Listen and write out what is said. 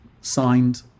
signed